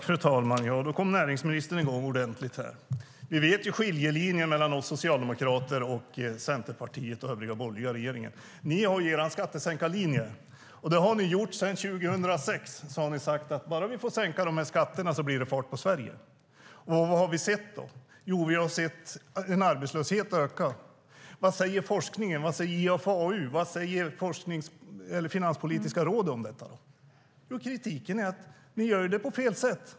Fru talman! Då kom näringsministern i gång ordentligt här. Vi vet skiljelinjen mellan oss socialdemokrater och Centerpartiet och övriga borgerliga i regeringen. Ni har er skattesänkarlinje. Sedan 2006 har ni sagt: Bara vi får sänka de här skatterna blir det fart på Sverige. Vad har vi då sett? Jo, vi har sett arbetslösheten öka. Vad säger forskningen? Vad säger IFAU? Vad säger Finanspolitiska rådet om detta? Jo, kritiken är att ni gör det på fel sätt.